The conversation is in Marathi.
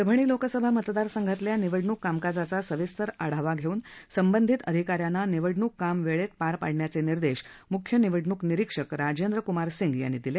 परभणी लोकसभा मतदारसंघातल्या निवडणूक कामकाजाचा सविस्तर आढावा घेऊन संबंधित अधिका यांना निवडणूक कामं वेळेत पार पाडण्याचे निर्देश म्ख्य निवडणूक निरीक्षक राजेंद्र कुमार सिंग यांनी दिले